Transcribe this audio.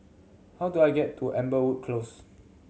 how do I get to Amberwood Close